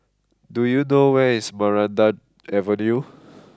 do you know where is Maranta Avenue